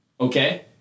Okay